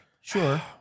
Sure